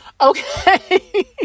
okay